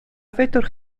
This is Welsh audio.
fedrwch